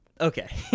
Okay